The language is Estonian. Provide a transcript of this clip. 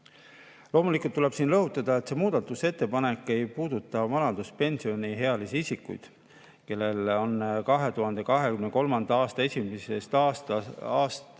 Loomulikult tuleb siin rõhutada, et see muudatusettepanek ei puuduta vanaduspensioniealisi isikuid, kellel on 2023. aasta 1. jaanuarist